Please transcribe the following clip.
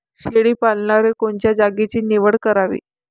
शेळी पालनाले कोनच्या जागेची निवड करावी?